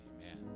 Amen